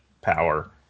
power